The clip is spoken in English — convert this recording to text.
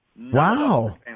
Wow